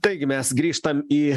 taigi mes grįžtam į